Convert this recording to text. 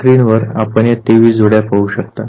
आपल्या स्क्रीनवर आपण या 23 जोड्या पाहू शकता